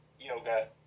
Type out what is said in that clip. Yoga